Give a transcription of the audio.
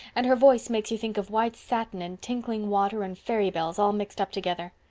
and her voice makes you think of white satin and tinkling water and fairy bells all mixed up together.